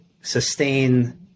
sustain